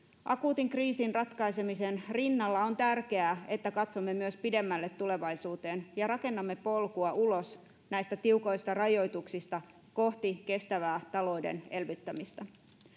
akuutin kriisin ratkaisemisen rinnalla on tärkeää että katsomme myös pidemmälle tulevaisuuteen ja rakennamme polkua ulos näistä tiukoista rajoituksista kohti kestävää talouden elvyttämistä